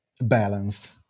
balanced